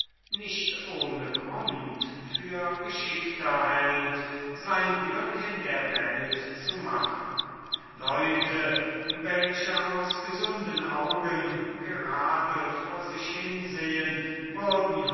nicht ohne guten grund für geschickter hält sein glück in der welt zu machen leute die aus gesunden augen gerade vor sich hin sehen würden